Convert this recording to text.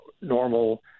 normal